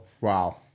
wow